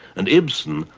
and ibsen,